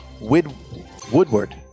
Woodward